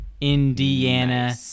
Indiana